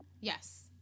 Yes